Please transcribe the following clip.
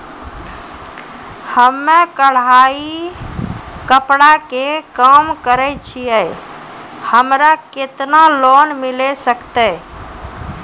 हम्मे कढ़ाई कपड़ा के काम करे छियै, हमरा केतना लोन मिले सकते?